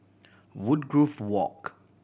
Woodgrove Walk